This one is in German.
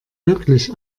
wirklich